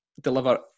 deliver